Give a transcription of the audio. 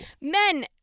men